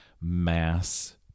mass